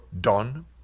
done